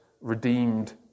redeemed